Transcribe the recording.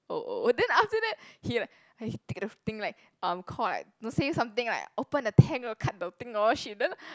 oh oh then after that he like he take off the thing like um call like say something like open the tank or cut the thing or what shit then